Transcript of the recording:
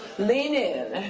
lean in,